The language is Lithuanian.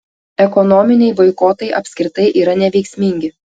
ekonominiai boikotai apskritai yra neveiksmingi